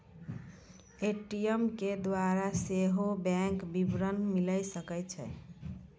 ATM के द्वारा सेहो बैंक विबरण मिले सकै छै